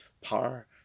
power